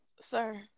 sir